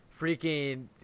freaking